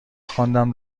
خواندم